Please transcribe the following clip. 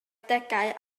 degau